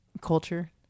culture